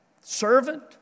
Servant